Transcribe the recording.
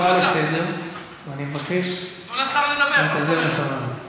אני אקרא לסדר, ואני מבקש להתאזר בסבלנות.